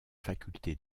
faculté